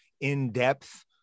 in-depth